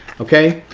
okay?